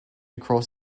across